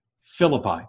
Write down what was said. Philippi